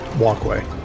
walkway